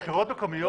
בבחירות מקומיות.